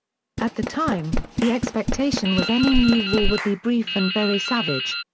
at the time, the expectation was any new war would be brief and very savage.